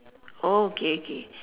oh okay okay